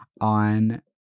on